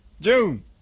June